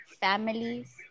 families